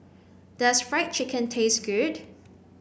does fried chicken taste good